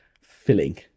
filling